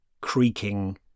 creaking